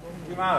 2010,